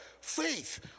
faith